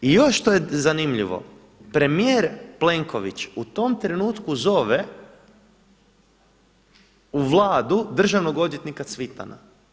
I još što je zanimljivo, premijer Plenković u tom trenutku zove u Vladu državnog odvjetnika Cvitana.